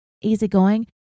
easygoing